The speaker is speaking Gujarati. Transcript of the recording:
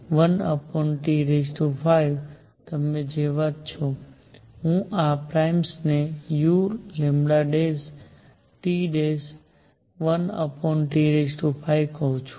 તમે જેવા જ છો હું આ પ્રાઇમ્સને uλT'1T5 કહું છું